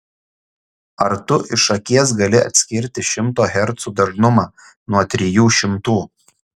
ar tu iš akies gali atskirti šimto hercų dažnumą nuo trijų šimtų